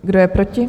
Kdo je proti?